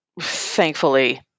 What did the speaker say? thankfully